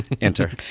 enter